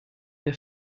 der